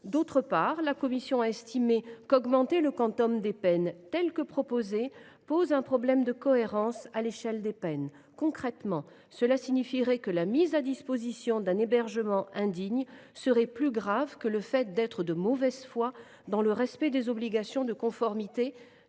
ailleurs, nous avons estimé qu’augmenter le quantum des peines dans ces proportions posait un problème de cohérence dans l’échelle des peines. Concrètement, cela signifierait que la mise à disposition d’un hébergement indigne serait plus grave que le fait d’être de mauvaise foi dans le respect des obligations de mise